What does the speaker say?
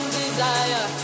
desire